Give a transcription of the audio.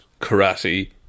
karate